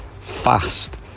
Fast